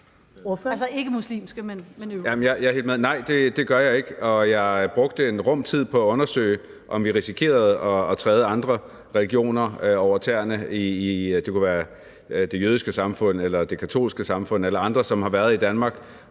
Jeg er helt med. Nej, det gør jeg ikke, og jeg brugte en rum tid på at undersøge, om vi risikerer at træde andre religioner over tæerne – det kunne være det jødiske samfund eller det katolske samfund eller andre, som har været i Danmark